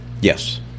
yes